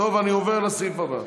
אני עובר לסעיף הבא.